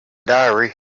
diary